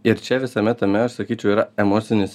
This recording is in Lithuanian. ir čia visame tame aš sakyčiau yra emocinis